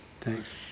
Thanks